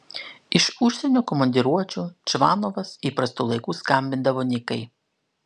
iš užsienio komandiruočių čvanovas įprastu laiku skambindavo nikai